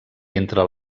entre